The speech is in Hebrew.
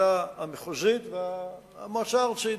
הוועדה המחוזית והמועצה הארצית.